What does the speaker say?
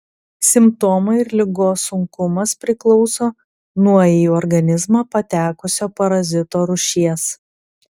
simptomai ir ligos sunkumas priklauso nuo į organizmą patekusio parazito rūšies